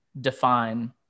define